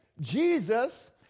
Jesus